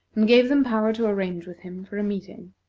and gave them power to arrange with him for a meeting.